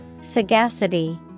Sagacity